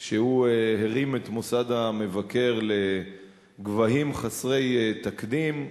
שהוא הרים את מוסד המבקר לגבהים חסרי תקדים.